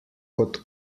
kot